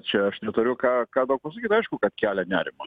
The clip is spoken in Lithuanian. čia aš neturiu ką ką daug pasakyt aišku kad kelia nerimą